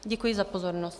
Děkuji za pozornost.